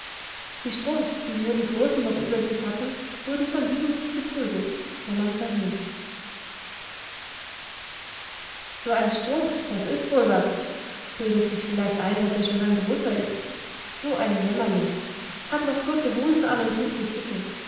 die strunks die nur die großen noch über sich hatten wurden von diesen nicht geprügelt sondern verhöhnt so ein strunk das ist wohl was bildet sich vielleicht ein daß er schon ein großer ist so ein jämmerling hat noch kurze hosen an und thut sich dicke